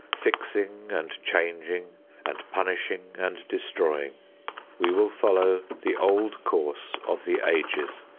fixing and changing and punishing and destroying we will follow the old course of the ages,